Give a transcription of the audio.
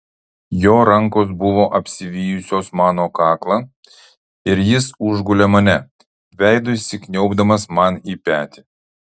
jo rankos buvo apsivijusios mano kaklą ir jis užgulė mane veidu įsikniaubdamas man į petį